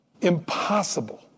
impossible